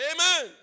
Amen